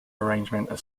arranging